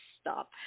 Stop